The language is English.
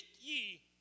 ye